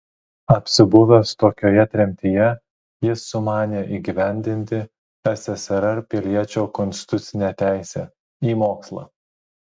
apsibuvęs tokioje tremtyje jis sumanė įgyvendinti ssrs piliečio konstitucinę teisę į mokslą